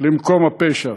למקום הפשע,